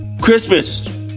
Christmas